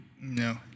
no